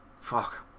Fuck